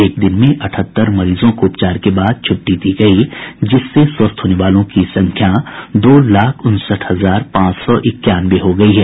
एक दिन में अठहत्तर मरीजों को उपचार के बाद छुट्टी दी गई जिससे स्वस्थ होने वालों की संख्या दो लाख उनसठ हजार पांच सौ इक्यानवे हो गई है